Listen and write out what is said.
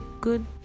good